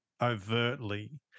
overtly